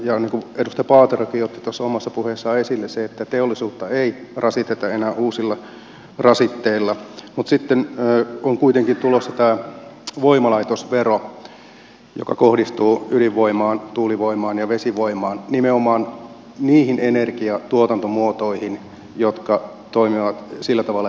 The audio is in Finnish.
edustaja paaterokin otti tuossa omassa puheessaan esille sen että teollisuutta ei rasiteta enää uusilla rasitteilla mutta sitten on kuitenkin tulossa tämä voimalaitosvero joka kohdistuu ydinvoimaan tuulivoimaan ja vesivoimaan nimenomaan niihin energiantuotantomuotoihin jotka toimivat sillä tavalla ettei tule ilmastopäästöjä